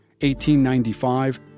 1895